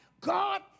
God